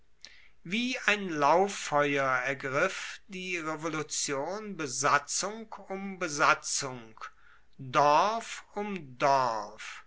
wie ein lauffeuer ergriff die revolution besatzung um besatzung dorf um dorf